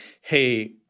Hey